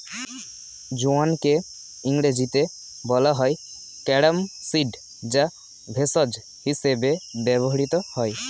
জোয়ানকে ইংরেজিতে বলা হয় ক্যারাম সিড যা ভেষজ হিসেবে ব্যবহৃত হয়